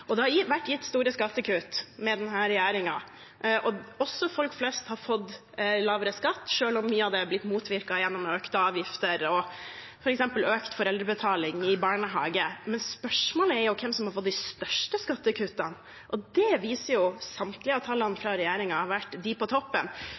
Det har vært gitt store skattekutt under denne regjeringen, og også folk flest har fått lavere skatt, selv om mye av det har blitt motvirket gjennom økte avgifter og f.eks. økt foreldrebetaling i barnehage. Men spørsmålet er hvem som har fått de største skattekuttene, og samtlige av tallene fra regjeringen viser